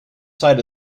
side